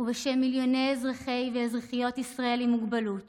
ובשם מיליוני אזרחי ואזרחיות ישראל עם מוגבלות